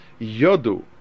Yodu